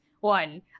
one